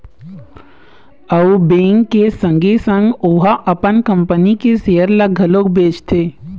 अउ बेंक के संगे संग ओहा अपन कंपनी के सेयर ल घलोक बेचथे